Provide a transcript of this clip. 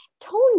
tone